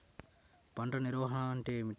పంట నిర్వాహణ అంటే ఏమిటి?